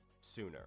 sooner